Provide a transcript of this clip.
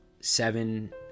seven